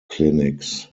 clinics